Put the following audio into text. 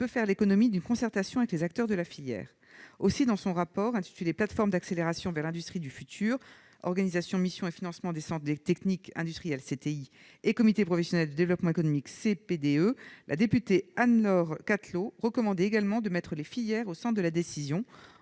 peut faire l'économie d'une concertation avec les acteurs de la filière. Aussi, dans son rapport intitulé « Plateformes d'accélération vers l'industrie du futur : organisation, missions et financements des centres techniques industriels (CTI) et comités professionnels de développement économique (CPDE) », la députée Anne-Laure Cattelot recommandait de mettre les filières au centre de la décision,